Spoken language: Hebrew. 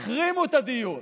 החרימו את הדיון.